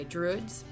Druids